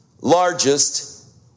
largest